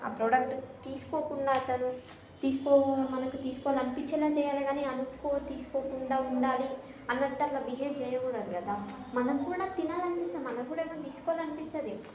ఆ ప్రోడక్ట్ తీసుకోకుండా అతను తీసుకో మనకు తీసుకోవాలి అనిపించేలా చేయాలి కానీ అనుకో తీసుకోకుండా ఉండాలి అన్నట్టు అలా బిహేవ్ చేయకూడదు కదా మనకు కూడా తినాలనిపిస్తుంది మనకి కూడా ఏమైనా తీసుకోవాలనిపిస్తుంది